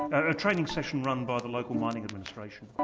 a training session run by the local mining administration.